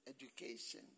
education